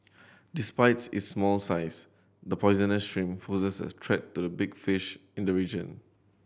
despites its small size the poisonous shrimp poses a threat to the big fish in the region